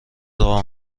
راه